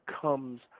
comes